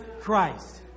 Christ